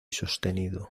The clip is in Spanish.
sostenido